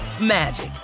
magic